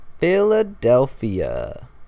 Philadelphia